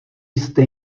jste